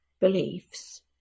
beliefs